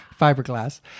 fiberglass